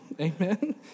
Amen